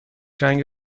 رنگ